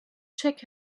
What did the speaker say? check